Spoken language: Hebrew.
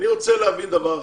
רוצה להבין דבר אחד.